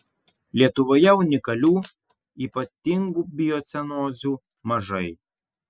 lietuvoje unikalių ypatingų biocenozių mažai